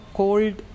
cold